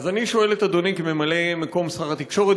אז אני שואל את אדוני כממלא מקום שר התקשורת,